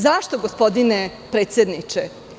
Zašto to, gospodine predsedniče?